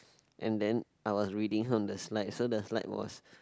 and then I was reading from the slides so the slide was